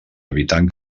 evitant